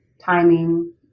timing